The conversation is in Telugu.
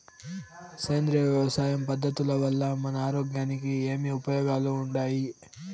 సేంద్రియ వ్యవసాయం పద్ధతుల వల్ల మన ఆరోగ్యానికి ఏమి ఉపయోగాలు వుండాయి?